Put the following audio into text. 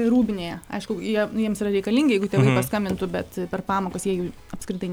rūbinėje aišku jie jiems yra reikalingi jeigu tėvai jiems paskambintų per pamokas jie jų apskritai ne